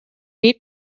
deep